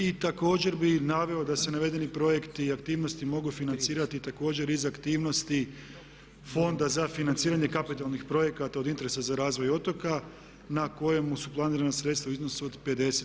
I također bih naveo da se navedeni projekti i aktivnosti mogu financirati također iz aktivnosti Fonda za financiranje kapitalnih projekata od interesa za razvoj otoka na kojemu su planirana sredstva u iznosu od 53 milijuna kuna.